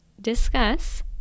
discuss